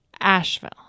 Asheville